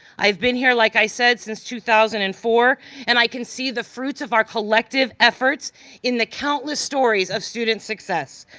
i've been here like i said since two thousand and four and i can see the fruits of our collective efforts in the countless stories of student success.